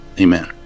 amen